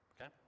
okay